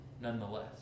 nonetheless